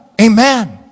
Amen